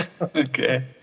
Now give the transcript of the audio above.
okay